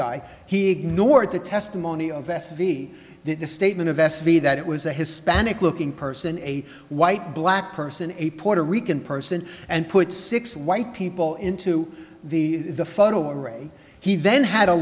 guy he ignored the testimony of s v in a statement of s v that it was a hispanic looking person a white black person a puerto rican person and put six white people into the the photo array he then had a